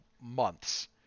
months